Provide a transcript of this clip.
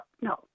no